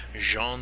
Jean